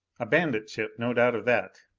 a bandit ship, no doubt of that.